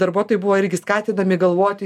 darbuotojai buvo irgi skatinami galvoti